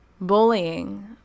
bullying